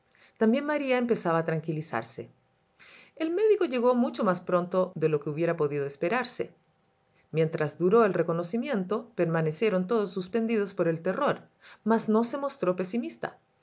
también maría empezaba a tranquilizarse el médico llegó mucho más pronto de lo que hubiera podido esperarse mientras duró el reconocimiento permanecieron todos suspendidos por el terror mas no se mostró pesimista la